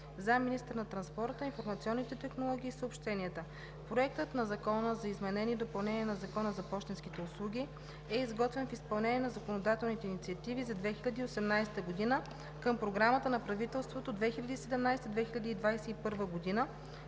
заместник-министър на транспорта, информационните технологии и съобщенията. Проектът на закон за изменение и допълнение на Закона за пощенските услуги е изготвен в изпълнение на законодателните инициативи за 2018 г. към Програмата на правителството за 2017 – 2021 г.,